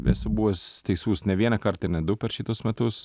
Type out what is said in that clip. esu buvęs teisus ne vieną kartą ne du per šitus metus